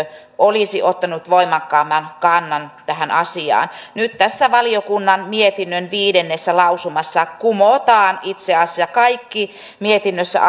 olisi ottanut voimakkaamman kannan tähän asiaan nyt tässä valiokunnan mietinnön viidennessä lausumassa kumotaan itse asiassa kaikki mietinnössä